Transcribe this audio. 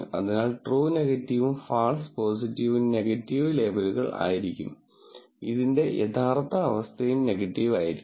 അതിനാൽ ട്രൂ നെഗറ്റീവും ഫാൾസ് പോസിറ്റീവും നെഗറ്റീവ് ലേബലുകൾ ആയിരിക്കും ഇതിന്റെ യഥാർത്ഥ അവസ്ഥയും നെഗറ്റീവ് ആയിരിക്കും